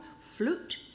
flute